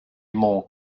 monts